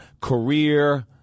career